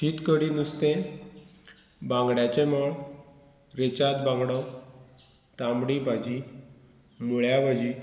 शीत कडी नुस्तें बांगड्याचें माळ रेचाद बांगडो तांबडी भाजी मुळ्या भाजी